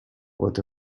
what